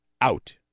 out